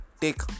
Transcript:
take